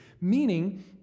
meaning